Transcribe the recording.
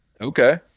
okay